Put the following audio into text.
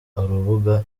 urubuga